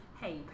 Hey